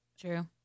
True